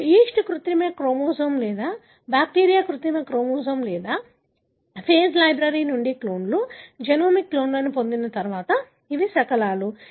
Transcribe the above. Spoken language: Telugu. మీరు ఈస్ట్ కృత్రిమ క్రోమోజోమ్ లేదా బ్యాక్టీరియా కృత్రిమ క్రోమోజోమ్ లేదా ఫేజ్ లైబ్రరీ నుండి క్లోన్లు జెనోమిక్ క్లోన్లను పొందిన తర్వాత ఇవి శకలాలు